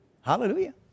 Hallelujah